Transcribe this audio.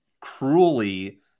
cruelly